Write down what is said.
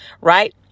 right